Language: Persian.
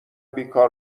بیکار